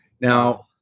Now